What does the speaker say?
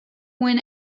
when